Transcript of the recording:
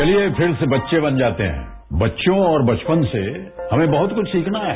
चलिए फिर से बच्चे बन जाते हैं बच्चों और बचपन से हमें बहुत कुछ सीखना है